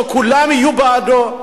שכולם יהיו בעדו,